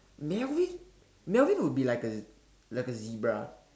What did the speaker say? Melvin Melvin would be like a like a zebra